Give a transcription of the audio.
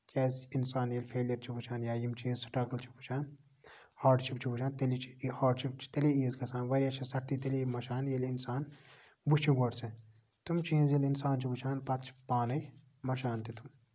کیازِ کہِ اِنسان ییٚلہِ فیلیر چھُ وٕچھان یا یِم چیٖز سٔٹرَگٔل چھُ وٕچھان ہاڈ شِپ چھُ وٕچھان تیٚلی چھُ یہِ ہاڈ شِپ چھُ تیلہ ایٖز گژھان واریاہ چھِ سَختی تیٚلی مَشان ییٚلہِ اِنسان وٕچھِ گۄڈٕ سُہ تِم چیٖز ییٚلہِ اِنسان چھُ وٕچھان پَتہٕ چھِ پانَے مَشان تہِ تھوڑا